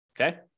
Okay